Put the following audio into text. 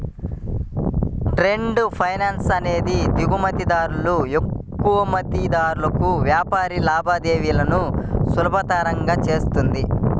trade finance అనేది దిగుమతిదారులు, ఎగుమతిదారులకు వ్యాపార లావాదేవీలను సులభతరం చేస్తుంది